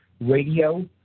radio